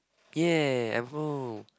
ya